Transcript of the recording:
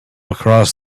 across